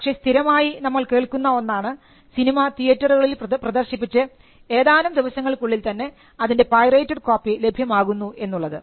പക്ഷേ സ്ഥിരമായി നമ്മൾ കേൾക്കുന്ന ഒന്നാണ് സിനിമ തീയേറ്ററുകളിൽ പ്രദർശിപ്പിച്ച് ഏതാനും ദിവസങ്ങൾക്കുള്ളിൽ തന്നെ അതിൻറെ പൈറേറ്റഡ് കോപ്പി ലഭ്യമാകുന്നു എന്നുള്ളത്